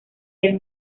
del